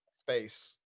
Space